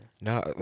No